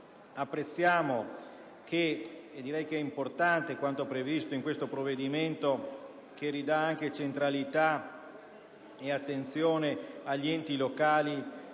apprezziamo e riteniamo importante quanto previsto in questo provvedimento, che restituisce anche centralità e attenzione agli enti locali,